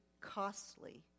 costly